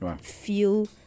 feel